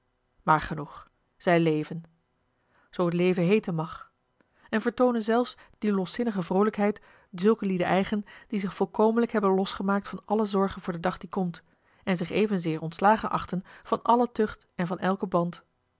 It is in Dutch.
maar genoeg zij leven zoo t leven heeten mag en vertoonen zelfs die loszinnige vroolijkheid zulken lieden eigen die zich volkomenlijk hebben losgemaakt van alle zorgen voor den dag die komt en zich evenzeer ontslagen achten van alle tucht en van elken band